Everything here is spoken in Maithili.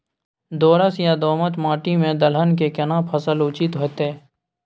दोरस या दोमट माटी में दलहन के केना फसल उचित होतै?